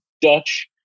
Dutch